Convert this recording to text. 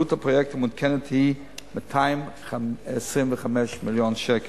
עלות הפרויקט המעודכנת היא 225 מיליון שקל.